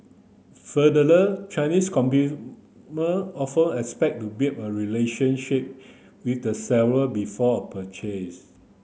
Chinese often expect to build a relationship with the seller before a purchase